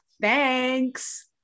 thanks